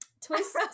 Twist